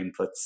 inputs